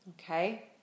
okay